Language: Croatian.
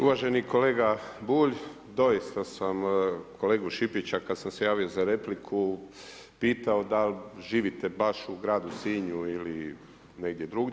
Uvaženi kolega Bulj, doista sam kolegu Šipića, kad sam se javio za repliku pitao da li živite baš u gradu Sinju ili negdje drugdje.